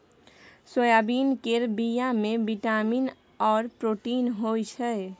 soybean केर बीया मे बिटामिन आर प्रोटीन होई छै